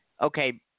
Okay